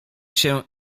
się